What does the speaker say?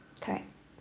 correct